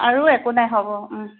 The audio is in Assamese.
আৰু একো নাই হ'ব